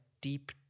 deep